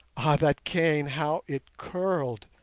ah, that cane, how it curled!